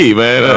man